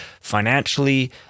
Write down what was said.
financially